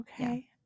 Okay